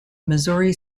missouri